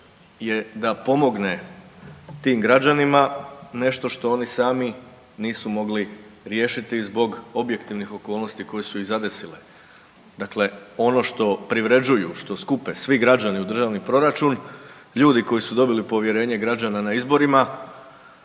je da pomogne tim građanima, nešto što oni sami nisu mogli riješiti zbog objektivnih okolnosti koje su ih zadesile. Dakle, ono što privređuju, što skupe svi građani u državni proračun, ljudi koji su dobili povjerenje građana na izborima